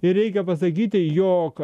ir reikia pasakyti jog